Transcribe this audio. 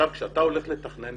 כשאתה הולך לתכנן